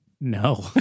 No